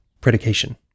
predication